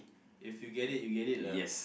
if you get it you get it lah